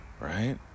Right